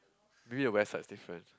maybe the websites different